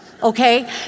Okay